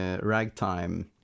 ragtime